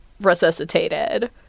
resuscitated